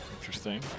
Interesting